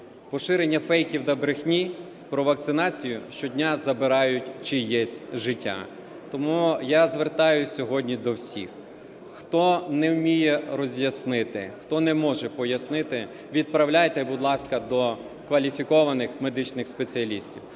Поширення фейків та брехні про вакцинацію щодня забирають чиєсь життя. Тому я звертаюсь сьогодні до всіх, хто не вміє роз'яснити, хто не може пояснити, відправляйте, будь ласка, до кваліфікованих медичних спеціалістів,